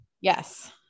yes